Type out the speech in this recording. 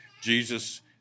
Jesus